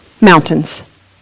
Mountains